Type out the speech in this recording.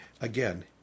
Again